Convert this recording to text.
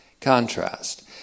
contrast